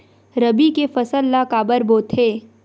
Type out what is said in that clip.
रबी के फसल ला काबर बोथे?